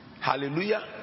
Hallelujah